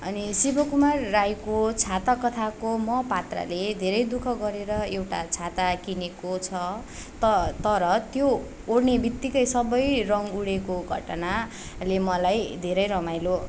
अनि शिवकुमार राईको छाता कथाको म पात्राले धेरै दुःख गरेर एउटा छाता किनेको छ त तर त्यो ओढ्ने बित्तिकै सबै रङ उडेको घटनाले मलाई धेरै रमाइलो